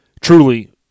Truly